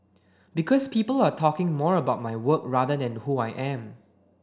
because people are talking more about my work rather than who I am